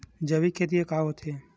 जैविक खेती ह का होथे?